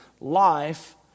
Life